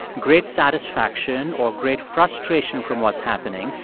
great satisfaction or great frustration from what's happening.